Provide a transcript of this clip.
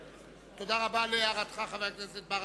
צודק, חבר הכנסת ברכה.